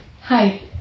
hi